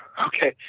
okay,